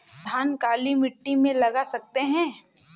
धान काली मिट्टी में लगा सकते हैं?